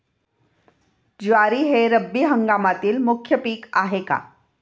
ज्वारी हे रब्बी हंगामातील मुख्य पीक आहे का?